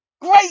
great